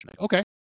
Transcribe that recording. Okay